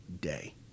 day